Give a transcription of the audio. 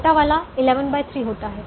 छोटा वाला 113 होता है